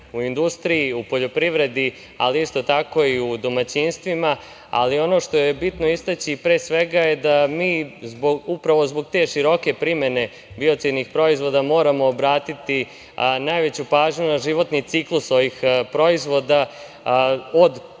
u industriji, u poljoprivredi, ali isto tako i u domaćinstvima, ali ono što je bitno istaći, pre svega, je da mi upravo zbog te široke primene biocidnih proizvoda moramo obratiti najveću pažnju na životni ciklus ovih proizvoda, od proizvodnje,